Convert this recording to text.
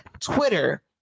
Twitter